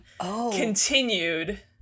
continued